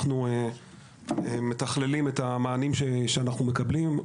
אנחנו מתכללים את המענים שאנחנו מקבלים.